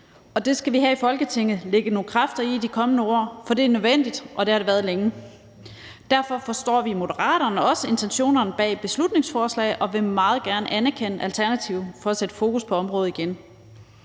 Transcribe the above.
Det skal vi her i Folketinget lægge nogle kræfter i her de kommende år, for det er nødvendigt, og det har det været længe. Derfor forstår vi i Moderaterne også intentionerne bag beslutningsforslaget og vil meget gerne anerkende Alternativet for at sætte fokus på området igen.